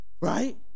right